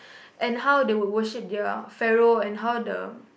and how they would worship their Pharaoh and how the